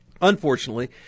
unfortunately